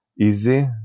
easy